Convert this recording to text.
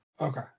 Okay